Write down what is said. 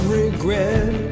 regret